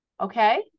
Okay